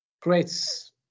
creates